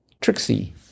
Trixie